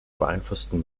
beeinflussten